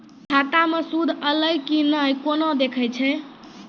खाता मे सूद एलय की ने कोना देखय छै?